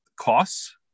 costs